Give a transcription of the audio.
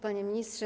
Panie Ministrze!